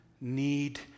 need